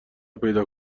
پیدا